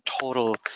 total